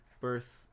birth